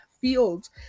fields